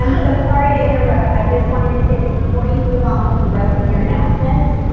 um so sorry to interrupt. i just wanted to say this before you move on with the rest of your announcements.